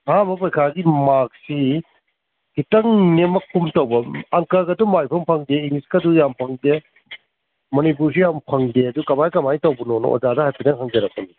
ꯑꯍꯥꯟꯕ ꯄꯔꯤꯈꯥꯒꯤ ꯃꯥꯔ꯭ꯛꯁꯤ ꯈꯤꯇꯪ ꯅꯦꯝꯃꯛꯀꯨꯝ ꯇꯧꯕ ꯑꯪꯀꯒꯗꯨ ꯃꯥꯛ ꯏꯐꯪ ꯐꯪꯗꯦ ꯏꯪꯂꯤꯁꯀꯗꯨ ꯌꯥꯝ ꯐꯪꯗꯦ ꯃꯅꯤꯄꯨꯔꯤꯁꯨ ꯌꯥꯝ ꯐꯪꯗꯦ ꯑꯗꯨ ꯀꯃꯥꯏ ꯀꯃꯥꯏ ꯇꯧꯕꯅꯣꯅ ꯑꯣꯖꯥꯗ ꯍꯥꯏꯐꯦꯠꯇꯪ ꯍꯪꯖꯔꯛꯄꯅꯤ